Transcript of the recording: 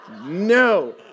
no